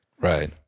Right